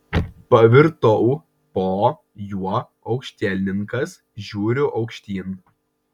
pavirtau po juo aukštielninkas žiūriu aukštyn